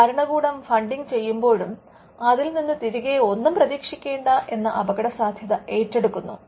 അതിനാൽ ഭരണകൂടം ഫണ്ടിംഗ് ചെയ്യുമ്പോഴും അതിൽ നിന്ന് തിരികെ ഒന്നും പ്രതീക്ഷിക്കേണ്ട എന്ന അപകടസാധ്യത ഏറ്റെടുക്കുന്നു